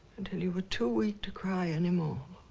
until you were too weak to cry anymore